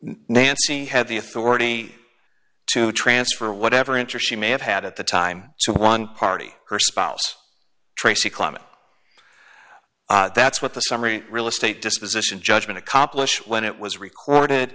nancy had the authority to transfer whatever interest she may have had at the time to one party her spouse tracy climate that's what the summary real estate disposition judgment accomplish when it was recorded